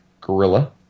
gorilla